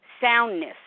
soundness